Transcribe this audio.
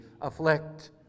afflict